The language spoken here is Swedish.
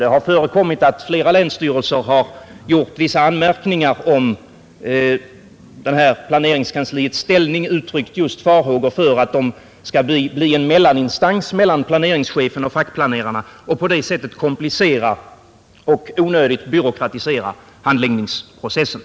Det har förekommit att flera länsstyrelser har gjort vissa anmärkningar om planeringskansliets ställning och har uttryckt farhågor för att det skall bli en mellaninstans mellan planeringschefen och fackplanerarna, vilken komplicerar och onödigt byråkratiserar handläggningsprocessen.